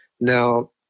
now